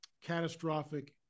catastrophic